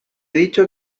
dicho